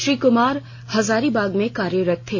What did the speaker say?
श्री कमार हजारीबाग में कार्यरत थे